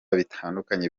bitandukanye